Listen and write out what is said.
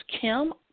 Kim